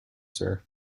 sir